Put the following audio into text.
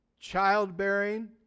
childbearing